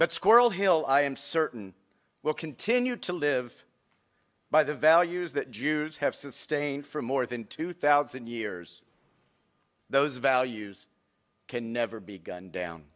but squirrel hill i am certain will continue to live by the values that jews have sustained for more than two thousand years those values can never be gunned down